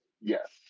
Yes